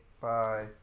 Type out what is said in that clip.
Bye